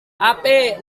api